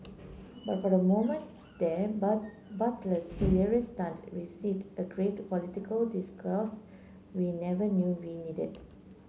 but for a moment there Butler's hilarious stunt received a graved political discourse we never knew we needed